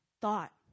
thought